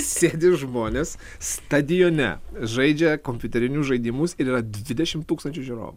sėdi žmonės stadione žaidžia kompiuterinius žaidimus ir yra dvidešimt tūkstančių žiūrovų